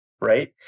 right